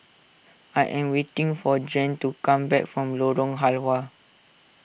I am waiting for Jann to come back from Lorong Halwa